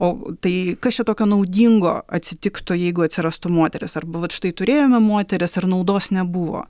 o tai kas čia tokio naudingo atsitiktų jeigu atsirastų moteris arba vat štai turėjome moteris ir naudos nebuvo